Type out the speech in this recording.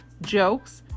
jokes